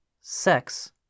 Sex